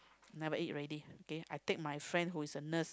never eat already okay I take my friend who's a nurse